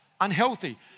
unhealthy